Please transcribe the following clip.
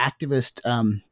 activist